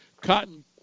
Cotton